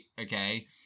okay